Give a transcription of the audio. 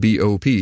BOP